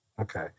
Okay